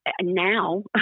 now